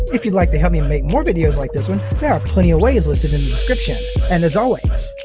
if you'd like to help me make more videos like this one, there are plenty of ways listed in the description. and as always,